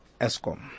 ESCOM